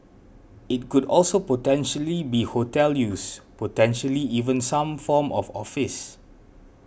it could also potentially be hotel use potentially even some form of office